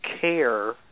care